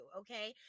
okay